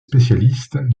spécialistes